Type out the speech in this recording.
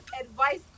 advice